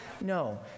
No